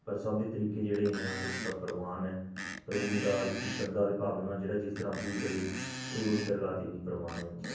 ਪਰ ਸਭ ਦੇ ਤਰੀਕੇ ਜਿਹੜੇ ਹੈ ਉਹ ਸਭ ਪ੍ਰਵਾਨ ਹੈ ਪ੍ਰਭੂ ਨੂੰ ਤਾਂ ਸ਼ਰਧਾ ਅਤੇ ਭਾਵਨਾ ਦੇ ਨਾਲ ਜਿਹੜਾ ਜਿਸ ਤਰ੍ਹਾਂ ਪੂਜ ਲਵੇ ਇਹ ਉਹਦੀ ਦਰਗਾਹ 'ਤੇ ਵੀ ਪ੍ਰਵਾਨ ਹੋ ਜਾਂਦਾ